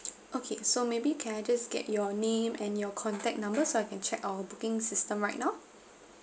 okay so maybe can I just get your name and your contact number so I can check our booking system right now